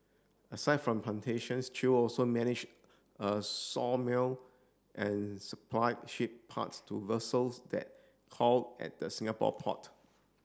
aside from plantations Chew also manage a sawmill and supplied ship parts to vessels that called at the Singapore port